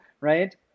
right